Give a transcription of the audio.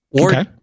Okay